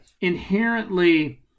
inherently